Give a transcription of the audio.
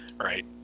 right